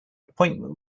appointment